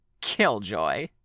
Killjoy